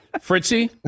Fritzy